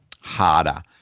harder